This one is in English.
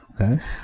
Okay